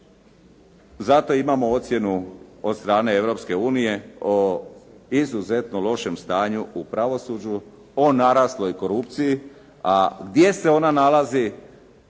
zato imamo ocjenu od strane Europske unije o izuzetno lošem stanju u pravosuđu, o narasloj korupciji, a gdje se ona nalazi?